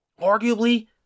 arguably